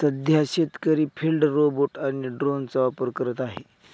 सध्या शेतकरी field robot आणि ड्रोनचा वापर करत आहेत